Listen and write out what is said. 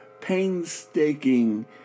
painstaking